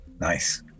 nice